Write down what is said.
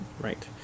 Right